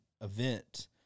event